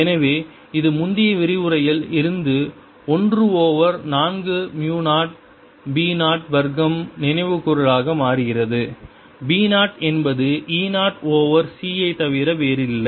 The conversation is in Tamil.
எனவே இது முந்தைய விரிவுரையில் இருந்து ஒன்று ஓவர் நான்கு மு 0 b 0 வர்க்கம் நினைவுகூரலாக மாறுகிறது b 0 என்பது e 0 ஓவர் c ஐ தவிர வேறில்லை